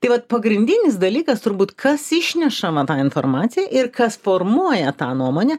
tai vat pagrindinis dalykas turbūt kas išneša tą informaciją ir kas formuoja tą nuomonę